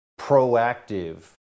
proactive